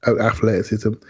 athleticism